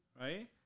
right